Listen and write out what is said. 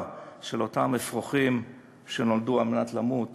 של אותם אפרוחים שנולדו על מנת למות